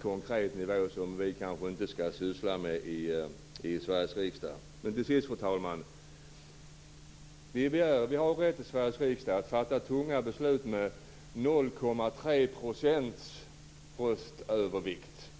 konkret nivå som vi kanske inte skall syssla med i Sveriges riksdag. Till sist, fru talman: Vi har rätt i Sveriges riksdag att fatta tunga beslut med 0,3 % röstövervikt.